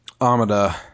Amada